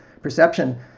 perception